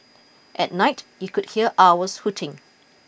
at night you could hear owls hooting